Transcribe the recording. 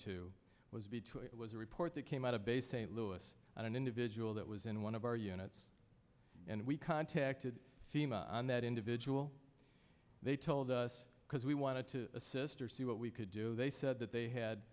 it was a report that came out of base st louis on an individual that was in one of our units and we contacted on that individual they told us because we wanted to assist or see what we could do they said that they had